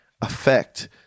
affect